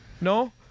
No